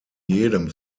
jedem